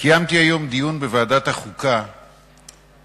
קיימתי היום דיון בוועדת החוקה על